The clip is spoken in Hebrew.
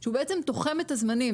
שהוא בעצם תוחם את הזמנים.